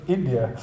India